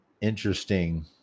interesting